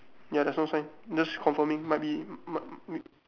ya there's no sign just confirming might be might be